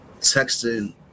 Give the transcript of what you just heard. texting